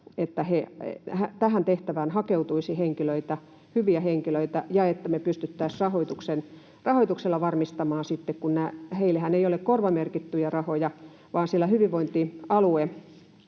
että tähän tehtävään hakeutuisi hyviä henkilöitä ja että me pystyttäisiin varmistamaan se rahoitus, kun heillehän ei ole korvamerkittyjä rahoja vaan hyvinvointialue